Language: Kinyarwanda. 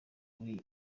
kuri